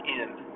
end